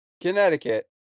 Connecticut